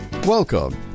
Welcome